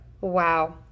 Wow